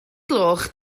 gloch